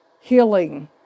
healing